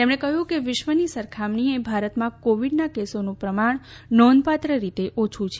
તેમણે કહ્યું કે વિશ્વની સરખામણીએ ભારતમાં કોવિડનાં કેસનોનું પ્રમાણ નોંધાપાત્ર રીતે ઓછુ છે